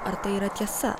ar tai yra tiesa